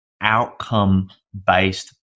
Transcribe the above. outcome-based